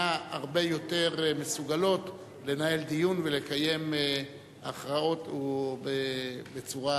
הרבה יותר מסוגלות לנהל דיון ולקיים הכרעות בצורה